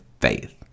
faith